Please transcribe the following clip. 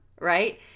right